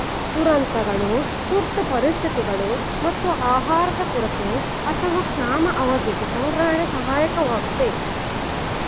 ದುರಂತಗಳು ತುರ್ತು ಪರಿಸ್ಥಿತಿಗಳು ಮತ್ತು ಆಹಾರದ ಕೊರತೆ ಅಥವಾ ಕ್ಷಾಮದ ಅವಧಿಗೆ ಸಂಗ್ರಹಣೆ ಸಹಾಯಕವಾಗಯ್ತೆ